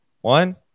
one